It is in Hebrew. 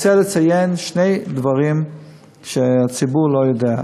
אני רוצה לציין שני דברים שהציבור לא יודע.